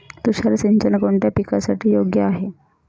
तुषार सिंचन कोणत्या पिकासाठी योग्य आहे?